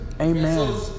Amen